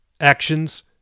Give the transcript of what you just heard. Actions